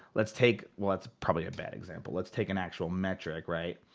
let's take, well that's probably a bad example. let's take an actual metric, right?